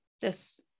this-